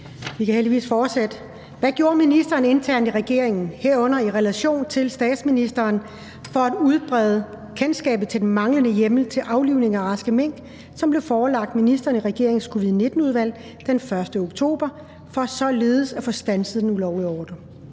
Vi kan heldigvis fortsætte. Hvad gjorde ministeren internt i regeringen – herunder i relation til statsministeren – for at udbrede kendskabet til den manglende hjemmel til aflivning af raske mink, som blev forelagt ministeren i regeringens Covid-19-udvalg den 1. oktober, for således at få standset den ulovlige ordre?